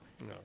No